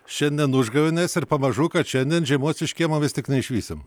šiandien užgavėnės ir pamažu kad šiandien žiemos iš kiemo vis tik neišvysim